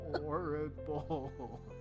horrible